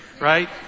Right